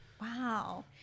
Wow